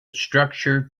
structure